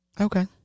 Okay